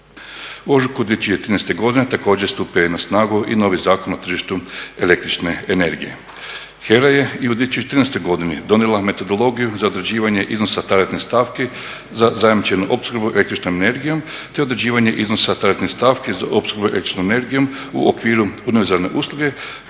U ožujku 2013. godine također stupio je na snagu i novi Zakon o tržištu električne energije. HERA je i u 2013. godini donijela metodologiju za određivanje iznosa tarifnih stavki za zajamčenu opskrbu električnom energijom te određivanje iznosa … za opskrbu električnom energijom u okviru inozemne usluge